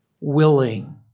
willing